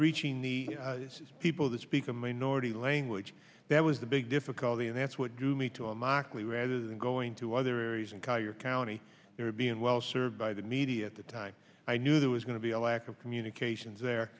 reaching the this is people that speak a minority language that was the big difficulty and that's what drew me to a mockery rather than going to other areas in collier county are being well served by the media at the time i knew there was going to be a lack of communications there